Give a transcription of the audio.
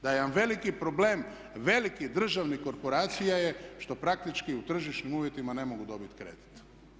Da jedan veliki problem velikih državnih korporacija je što praktički u tržišnim uvjetima ne mogu dobiti kredit.